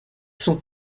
sont